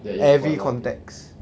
every context